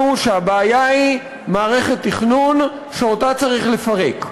שהבעיה היא מערכת תכנון שאותה צריך לפרק.